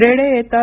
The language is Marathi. रेडे येतात